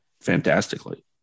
fantastically